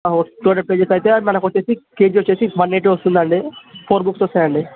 okay two hundred pages అయితే అది మనకు వచ్చి కేజీ వచ్చి వన్ ఎయిటీ వస్తుంది అండి ఫోర్ బుక్స్ వస్తాయండి